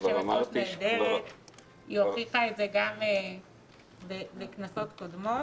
--- להביא את זה להצבעה.